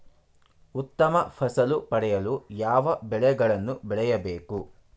ಉತ್ತಮ ಫಸಲು ಪಡೆಯಲು ಯಾವ ಬೆಳೆಗಳನ್ನು ಬೆಳೆಯಬೇಕು?